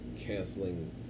Canceling